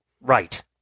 Right